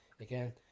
again